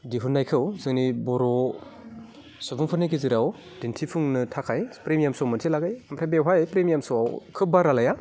दिहुननायखौ जोंनि बर' सुबुंफोरनि गेजेराव दिन्थिफुंनो थाखाय फ्रेमियाम स मोनसे लागायो ओमफ्राय बेवहाय फ्रेमियाम सआव खोब बारा लाया